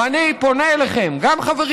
ואני פונה אליכם, גם חברים